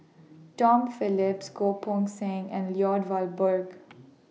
Tom Phillips Goh Poh Seng and Lloyd Valberg